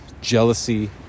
jealousy